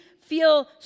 Feel